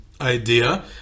idea